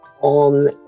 on